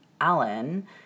Alan